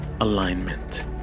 alignment